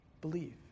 believe